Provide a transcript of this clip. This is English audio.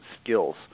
skills